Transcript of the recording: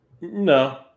No